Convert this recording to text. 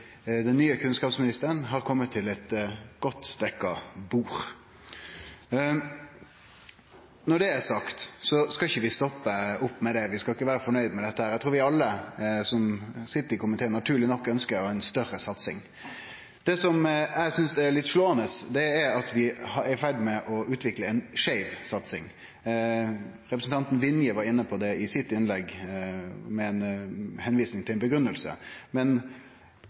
den nye kunnskapsministeren har kome til eit godt dekt bord. Når det er sagt, skal vi ikkje stoppe opp med det. Vi skal ikkje vere fornøgde med dette. Eg trur vi alle som sit i komiteen, naturleg nok ønskjer ei større satsing. Det som eg synest er litt slåande, er at vi er i ferd med å utvikle ei skeiv satsing. Representanten Vinje var inne på det i sitt innlegg, med ei tilvising til ei grunngjeving. Men